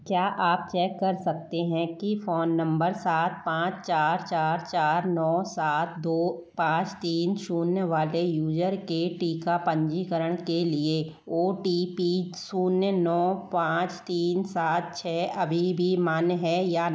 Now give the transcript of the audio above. क्या आप चेक कर सकते हैं कि फोन नंबर सात पाँच चार चार चार नौ सात दो पाँच तीन शून्य वाले यूजर के टीका पंजीकरण के लिए ओ टी पी शून्य नौ पाँच तीन सात छ अभी भी मान्य है या नहीं